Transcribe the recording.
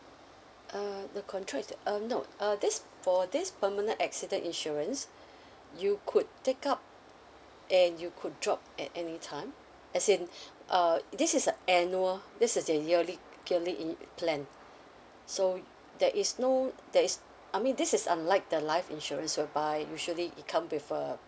uh the contract um no uh this for this permanent accident insurance you could take up and you could drop at any time as in uh this is a annual this is a yearly yearly in~ plan so there is no there is I mean this is unlike the life insurance whereby usually it come with a